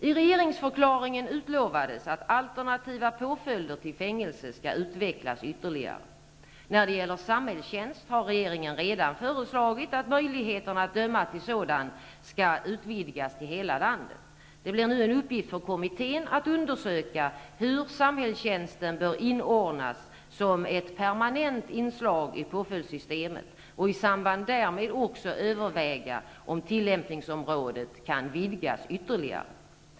I regeringsförklaringen utlovades att alternativa påföljder till fängelse skulle utvecklas ytterligare. När det gäller samhällstjänst har regeringen redan föreslagit att möjligheterna att döma till sådan skall utvidgas till att gälla hela landet. Det blir nu en uppgift för kommittén att undersöka hur samhällstjänsten bör inordnas som ett permanent inslag i påföljdssystemet och i samband därmed också överväga om tillämpningsområdet kan vidgas ytterligare.